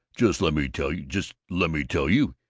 just let me tell you, just let me tell you,